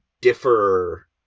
differ